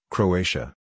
Croatia